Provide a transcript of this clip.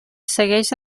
segueix